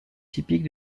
typique